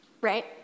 right